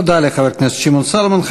תודה לחבר הכנסת שמעון סולומון.